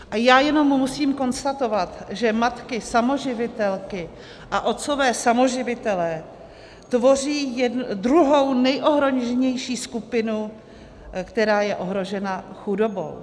A já jenom musím konstatovat, že matky samoživitelky a otcové samoživitelé tvoří druhou nejohroženější skupinu, která je ohrožena chudobou.